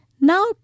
Now